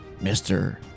Mr